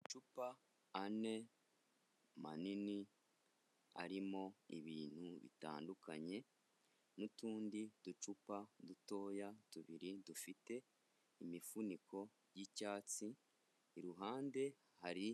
Amacupa ane manini arimo ibintu bitandukanye, n'utundi ducupa dutoya tubiri dufite imifuniko y'icyatsi, iruhande hari